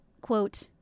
Quote